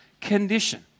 condition